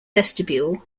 vestibule